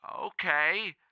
okay